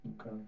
Okay